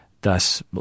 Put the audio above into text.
thus